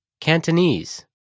Cantonese